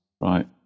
Right